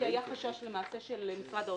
כי היה חשש למעשה של משרד האוצר,